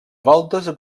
voltes